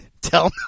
tell